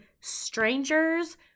strangers